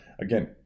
Again